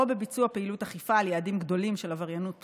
בביצוע פעילות אכיפה על יעדים גדולים של עבריינות פסולת,